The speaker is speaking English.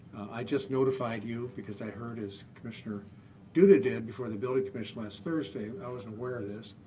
i just notified you because i heard, as commissioner duda did before the building commission last thursday i wasn't aware of this,